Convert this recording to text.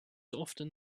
often